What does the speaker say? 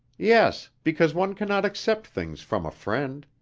yes, because one cannot accept things from a friend.